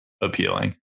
appealing